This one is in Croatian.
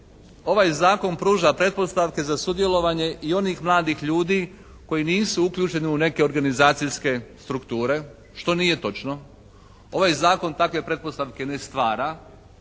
ovaj zakon pruža pretpostavke za sudjelovanje i onih mladih ljudi koji nisu uključeni u neke organizacijske strukture što nije točno. Ovaj zakon takve pretpostavke ne stvara.